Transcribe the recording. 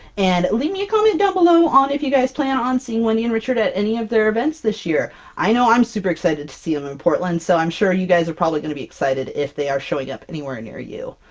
and leave me a comment down below on if you guys plan on seeing wendy and richard at any of their events this year! i know i'm super excited to see them in portland, so i'm sure you guys are probably gonna be excited if they are showing up anywhere near you!